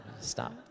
Stop